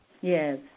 Yes